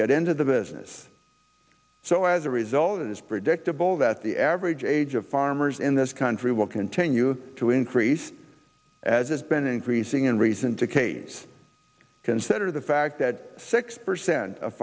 get into the business so as a result it is predictable that the average age of farmers in this country will continue to increase as it's been increasing in reason to cade's consider the fact that six percent of